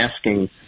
asking